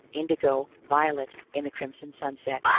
indigo, violet in the crimson sunset,